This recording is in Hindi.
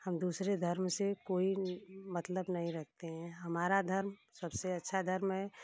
हम दूसरे धर्म से कोई मतलब नहीं रखते है हमारा धर्म सबसे अच्छा धर्म है